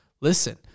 listen